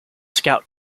scout